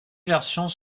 versions